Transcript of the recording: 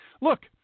look